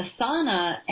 Asana